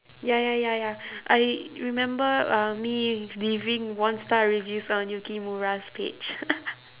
ya ya ya ya I remember uh me leaving one-star reviews on yukimura's page